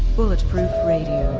bulletproof radio,